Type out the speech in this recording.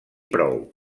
prou